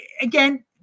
again